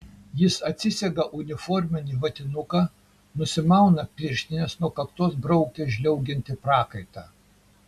jis atsisega uniforminį vatinuką nusimauna pirštines nuo kaktos braukia žliaugiantį prakaitą